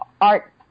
Art